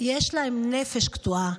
יש להם נפש קטועה.